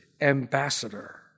ambassador